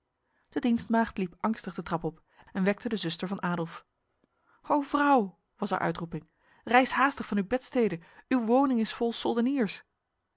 de dienstmaagd liep angstig de trap op en wekte de zuster van adolf o vrouw was haar uitroeping rijs haastig van uw bedstede uw woning is vol soldeniers